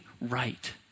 right